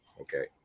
okay